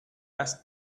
asked